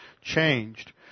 changed